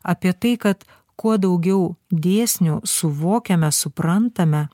apie tai kad kuo daugiau dėsnių suvokiame suprantame